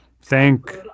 thank